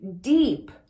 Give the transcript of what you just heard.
deep